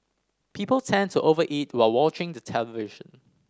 people tend to over eat while watching the television